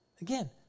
again